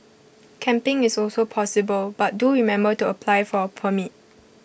camping is also possible but do remember to apply for A permit